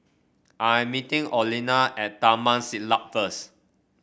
I am meeting Olena at Taman Siglap first